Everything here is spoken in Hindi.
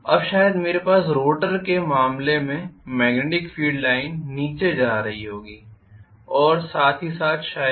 अब शायद मेरे पास रोटर के मामले में मेग्नेटिक फील्ड लाइन्स नीचे जा रही होगी और साथ ही साथ शायद